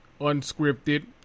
unscripted